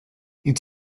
ils